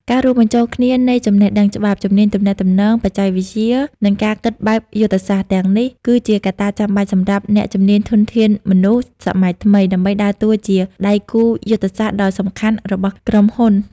ការរួមបញ្ចូលគ្នានៃចំណេះដឹងច្បាប់ ជំនាញទំនាក់ទំនង បច្ចេកវិទ្យា និងការគិតបែបយុទ្ធសាស្ត្រ ទាំងនេះ គឺជាកត្តាចាំបាច់សម្រាប់អ្នកជំនាញធនធានមនុស្សសម័យថ្មី ដើម្បីដើរតួជាដៃគូយុទ្ធសាស្ត្រដ៏សំខាន់របស់ក្រុមហ៊ុន។